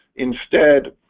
instead